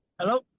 Hello